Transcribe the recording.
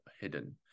hidden